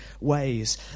ways